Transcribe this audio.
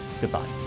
Goodbye